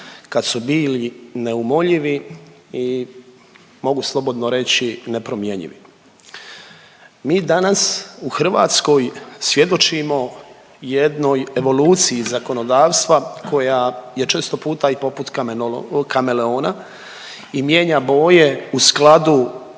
kad su bili neumoljivi i mogu slobodno reći nepromjenjivi. Mi danas u Hrvatskoj svjedočimo jednoj evoluciji zakonodavstva koja je često puta i poput kameleona i mijenja boje u skladu